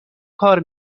کار